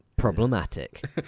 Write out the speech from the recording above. problematic